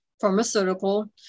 pharmaceutical